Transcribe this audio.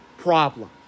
problem